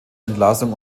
entlassung